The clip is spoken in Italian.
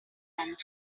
partenza